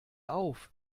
auf